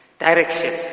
Direction